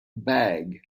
bag